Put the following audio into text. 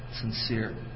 sincere